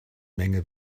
menge